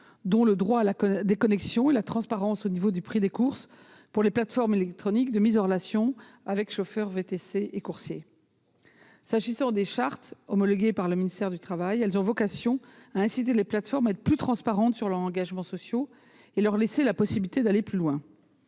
le droit à la déconnexion et la transparence quant au prix des courses pour les plateformes électroniques de mise en relation avec des chauffeurs de VTC et des coursiers. S'agissant des chartes homologuées par le ministère du travail, elles ont vocation à inciter les plateformes à être plus transparentes quant à leurs engagements sociaux, tout en leur laissant la possibilité d'aller plus loin.